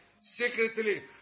Secretly